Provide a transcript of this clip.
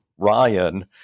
Ryan